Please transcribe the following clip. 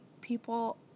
people